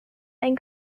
and